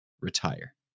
retire